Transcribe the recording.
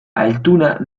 altuna